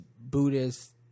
Buddhist